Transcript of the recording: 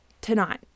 tonight